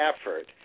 effort